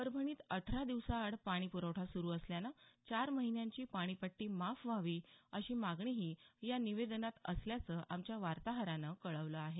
परभणीत अठरा दिवसांआड पाणी प्रवठा सुरू असल्यानं चार महिन्यांची पाणीपट्टी माफ व्हावी अशी मागणीही या निवेदनात असल्याचं आमच्या वार्ताहरानं कळवलं आहे